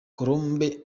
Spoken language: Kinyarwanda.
colombe